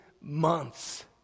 months